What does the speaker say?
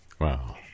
Wow